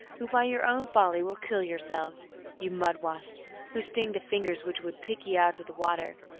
who by your own folly will kill yourselves ye mud-wasps, who sting the fingers which would pick ye out of the water,